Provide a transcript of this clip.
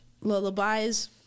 lullabies